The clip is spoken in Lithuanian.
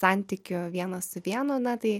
santykiu vienas su vienu na tai